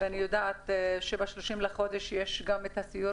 ואני יודעת שב-30 בחודש יש גם הסיור